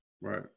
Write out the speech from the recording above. Right